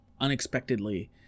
unexpectedly